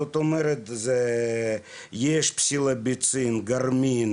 זאת אומרת שיש גרמין,